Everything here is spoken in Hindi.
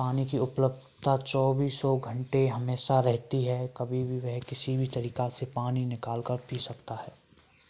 पानी की उपलब्धता चौबीसों घंटे हमेशा रहती है कभी भी वह किसी भी तरीका से पानी निकाल कर पी सकता है